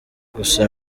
gusa